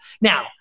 Now